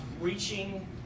reaching